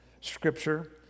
Scripture